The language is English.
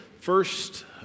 first